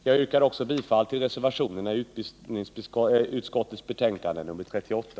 Jag yrkar bifall till reservationerna vid utbildningsutskottets betänkande nr 38.